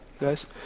guys